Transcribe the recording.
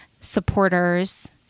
supporters